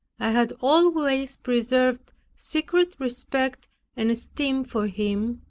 i had always preserved secret respect and esteem for him,